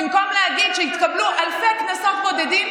במקום להגיד שהתקבלו אלפי קנסות בודדים